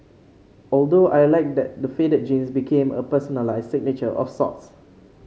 although I liked that the faded jeans became a personalised signature of sorts